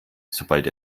sobald